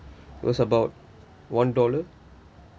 was about one dollar